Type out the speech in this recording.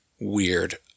weird